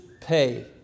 pay